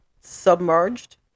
submerged